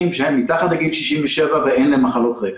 שהם מתחת לגיל 67 ואין להם מחלות רקע.